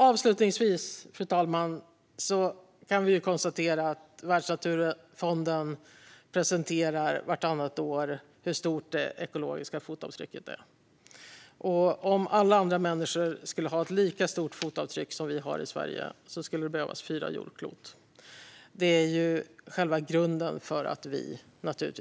Avslutningsvis kan vi konstatera att Världsnaturfonden vartannat år presenterar hur stort det ekologiska fotavtrycket är. Om alla människor skulle ha ett lika stort fotavtryck som vi har i Sverige skulle det behövas fyra jordklot. Det är naturligtvis själva grunden för att vi